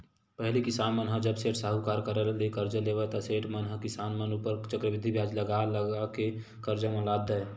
पहिली किसान मन ह जब सेठ, साहूकार करा ले करजा लेवय ता सेठ मन ह किसान मन ऊपर चक्रबृद्धि बियाज लगा लगा के करजा म लाद देय